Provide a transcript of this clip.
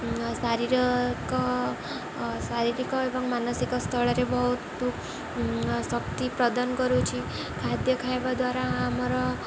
ଶାରୀରିକ ଶାରୀରିକ ଏବଂ ମାନସିକ ସ୍ଥଳରେ ବହୁତ ଶକ୍ତି ପ୍ରଦାନ କରୁଛି ଖାଦ୍ୟ ଖାଇବା ଦ୍ୱାରା ଆମର